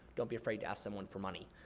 don't be afraid to ask someone for money.